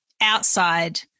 outside